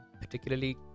particularly